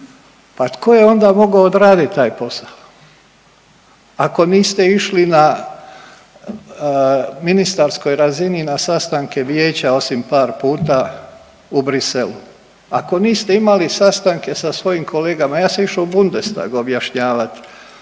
Pa tko je onda mogao odrediti taj posao? Ako niste išli na ministarskoj razini na sastanke vijeća osim par puta u Bruxellesu. Ako niste imali sastanke sa svojim kolegama, ja sam išao u Bundestag objašnjavat